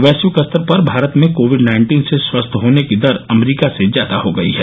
वैश्विक स्तर पर भारत में कोविड नाइन्टीन से स्वस्थ होने की दर अमरीका से ज्यादा हो गई है